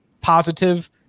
positive